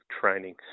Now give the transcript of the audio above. training